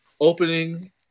opening